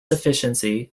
efficiency